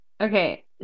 Okay